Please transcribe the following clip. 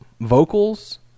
vocals